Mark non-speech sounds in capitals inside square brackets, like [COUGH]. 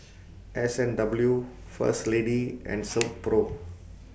S and W First Lady and [NOISE] Silkpro